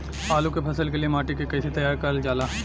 आलू क फसल के लिए माटी के कैसे तैयार करल जाला?